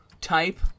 type